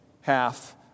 half